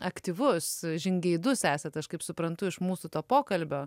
aktyvus žingeidus esat aš kaip suprantu iš mūsų to pokalbio